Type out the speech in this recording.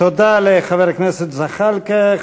תודה לחבר הכנסת זחאלקה.